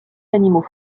animaux